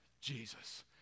Jesus